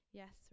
yes